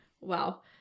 Wow